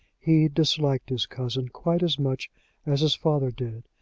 he disliked his cousin quite as much as his father did.